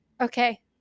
Okay